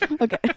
okay